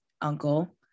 uncle